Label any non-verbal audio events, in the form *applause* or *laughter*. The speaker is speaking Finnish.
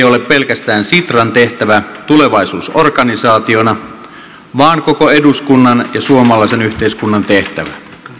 *unintelligible* ole pelkästään sitran tehtävä tulevaisuusorganisaationa vaan koko eduskunnan ja suomalaisen yhteiskunnan tehtävä